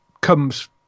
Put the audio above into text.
comes